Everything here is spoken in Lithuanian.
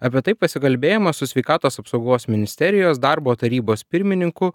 apie tai pasikalbėjome su sveikatos apsaugos ministerijos darbo tarybos pirmininku